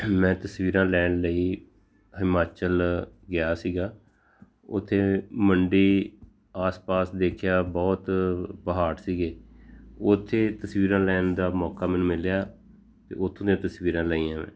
ਮੈਂ ਤਸਵੀਰਾਂ ਲੈਣ ਲਈ ਹਿਮਾਚਲ ਗਿਆ ਸੀਗਾ ਉੱਥੇ ਮੰਡੀ ਆਸ ਪਾਸ ਦੇਖਿਆ ਬਹੁਤ ਪਹਾੜ ਸੀਗੇ ਉੱਥੇ ਤਸਵੀਰਾਂ ਲੈਣ ਦਾ ਮੌਕਾ ਮੈਨੂੰ ਮਿਲਿਆ ਉੱਥੇ ਦੀਆਂ ਤਸਵੀਰਾਂ ਲਈਆਂ ਮੈਂ